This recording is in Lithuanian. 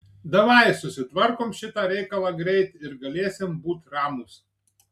davai susitvarkom šitą reikalą greit ir galėsim būt ramūs